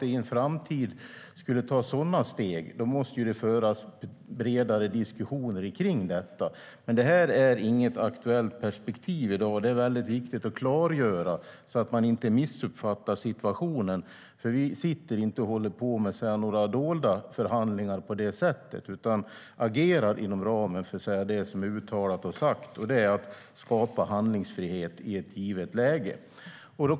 Om det skulle tas sådana steg i framtiden måste det föras bredare diskussioner om det. Men det är inget aktuellt perspektiv i dag. Det är viktigt att klargöra det, så att man inte missuppfattar situationen. Vi håller inte på med några dolda förhandlingar. Vi agerar inom ramen för det som är uttalat och sagt, och det är att skapa handlingsfrihet i ett givet läge.